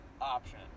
option